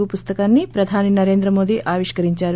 పుస్తకాన్ని ప్రధాని నరేంద్ర మోదీ ఆవిష్కరించారు